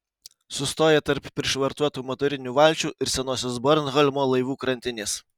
sustoja tarp prišvartuotų motorinių valčių ir senosios bornholmo laivų krantinės